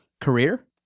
career